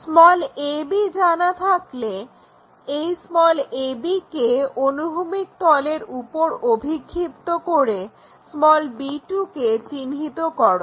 ab জানা থাকলে এই ab কে অনুভূমিক তলের উপর অভিক্ষিপ্ত করে b2 কে চিহ্নিত করো